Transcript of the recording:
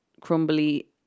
crumbly